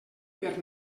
per